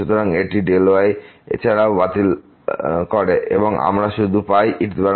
সুতরাং y এছাড়াও বাতিল করে এবং আমরা শুধুমাত্র পাই e x